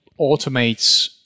automates